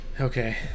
Okay